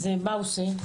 מה הוא עושה?